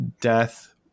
Death